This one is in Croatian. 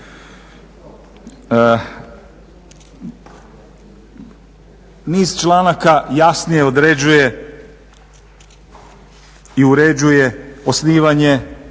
Niz članaka jasnije određuje i uređuje osnivanje,